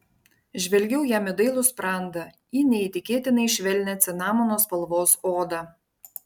žvelgiau jam į dailų sprandą į neįtikėtinai švelnią cinamono spalvos odą